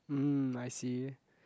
mm I see